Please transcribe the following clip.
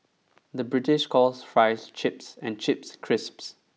the British calls fries chips and chips crisps